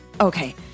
Okay